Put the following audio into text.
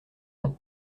nom